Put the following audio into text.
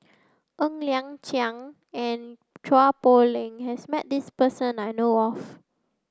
Ng Liang Chiang and Chua Poh Leng has met this person that I know of